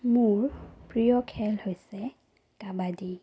মোৰ প্ৰিয় খেল হৈছে কাবাডী